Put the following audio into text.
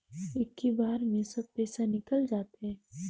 इक्की बार मे सब पइसा निकल जाते?